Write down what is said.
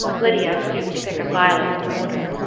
lydia stooped to pick a violet in the border.